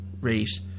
race